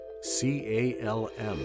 C-A-L-M